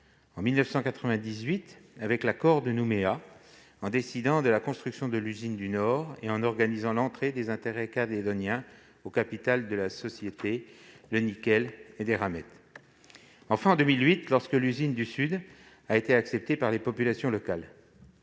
en 1998, avec l'accord de Nouméa, en décidant de la construction de l'usine du Nord et en organisant l'entrée des intérêts calédoniens au capital de la société Le Nickel et d'Eramet ; enfin, en 2008, lorsque l'usine du Sud a été acceptée par les populations locales.